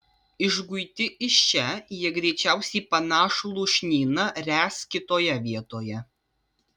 išguiti iš čia jie greičiausiai panašų lūšnyną ręs kitoje vietoje